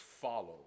follow